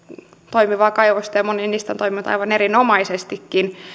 toimivaa kaivosta ja moni niistä on toiminut aivan erinomaisestikin